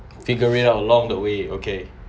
figure it out along the way okay